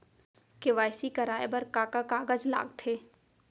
KYC कराये बर का का कागज लागथे?